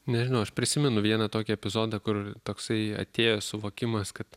nežinau aš prisimenu vieną tokį epizodą kur toksai atėjo suvokimas kad